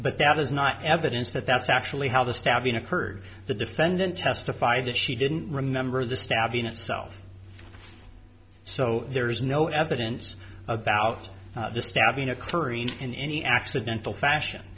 but that is not evidence that that's actually how the stabbing occurred the defendant testified that she didn't remember the stabbing itself so there is no evidence about this stabbing occurring in any accidental fashion